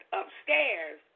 upstairs